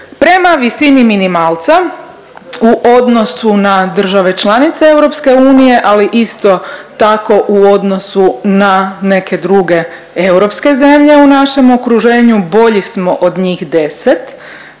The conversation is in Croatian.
Prema visini minimalca u odnosu na države članice EU, ali isto tako u odnosu na neke druge europske zemlje u našem okruženju, bolji smo od njih 10,